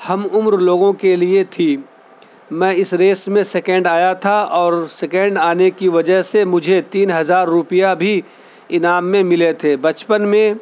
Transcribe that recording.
ہم عمر لوگوں کے لیے تھی میں اس ریس میں سکینڈ آیا تھا اور سکینڈ آنے کی وجہ سے مجھے تین ہزار روپیہ بھی انعام میں ملے تھے بچپن میں